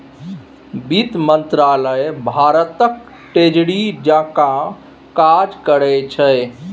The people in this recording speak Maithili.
बित्त मंत्रालय भारतक ट्रेजरी जकाँ काज करै छै